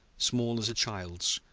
small as a child's,